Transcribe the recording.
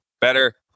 Better